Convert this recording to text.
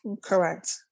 Correct